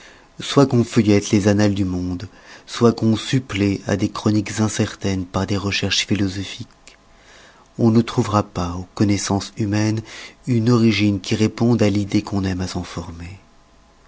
soit qu'on feuillette les annales du monde soit qu'on supplée à des chroniques incertaines par des recherches philosophiques on ne trouvera pas aux connoissances humaines une origine qui réponde à l'idée qu'on aime à